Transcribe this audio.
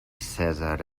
cèsar